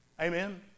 Amen